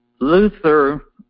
Luther